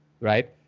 right